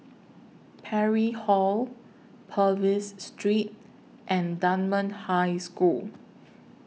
Parry Hall Purvis Street and Dunman High School